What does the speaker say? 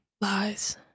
Lies